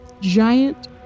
giant